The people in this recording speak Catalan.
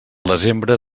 desembre